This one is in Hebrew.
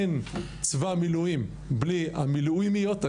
אין צבא מילואים בלי המילואימיות,